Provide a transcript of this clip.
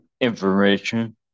information